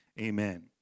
amen